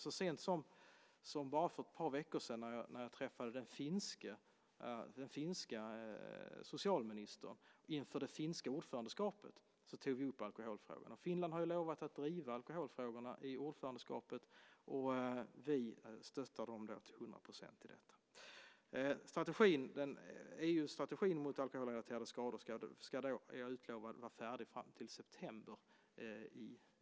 Så sent som för bara ett par veckor sedan när jag träffade den finske socialministern inför det finska ordförandeskapet tog vi upp alkoholfrågorna. Finland har lovat att driva alkoholfrågorna under sitt ordförandeskap. Vi stöttar dem till hundra procent i detta. Jag är utlovad att EU-strategin mot alkoholrelaterade skador ska vara färdig till september